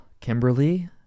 Kimberly